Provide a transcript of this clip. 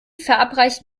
verabreicht